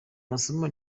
masomo